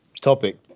topic